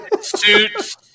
suits